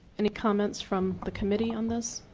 any comments from the committee on this?